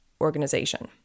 organization